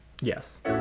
yes